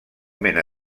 mena